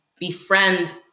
befriend